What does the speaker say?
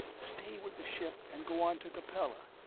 stay with the ship and go on to capella.